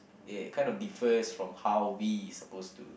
it kind of differs from how we supposed to